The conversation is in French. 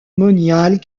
moniales